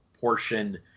portion